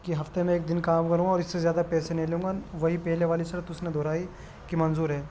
کہ ہفتے میں ایک دن کام کروں گا اور اس سے زیادہ پیسے نہیں لوں گا وہی پہلے والی شرط اس نے دہرائی کہ منظور ہے